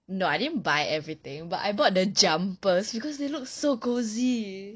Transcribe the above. no I didn't buy everything but I bought the jumpers because they look so cosy